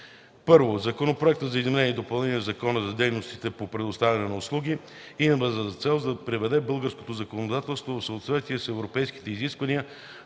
I. Законопроектът за изменение и допълнение на Закона за дейностите по предоставяне на услуги има за цел да приведе българското законодателство в съответствие с европейските изисквания